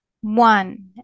one